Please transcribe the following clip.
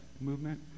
movement